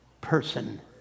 person